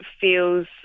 feels